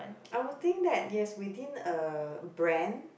I would think that yes within a brand